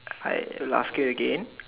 I ask you again